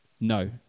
No